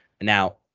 Now